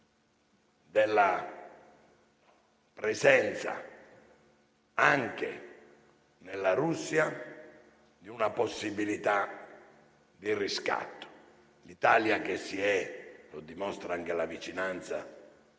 della presenza, anche in Russia, di una possibilità di riscatto. L'Italia, che si è schierata - come dimostra anche la vicinanza